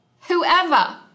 whoever